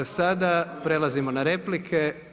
Sada prelazimo na replike.